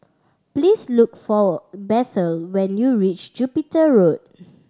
please look for Bethel when you reach Jupiter Road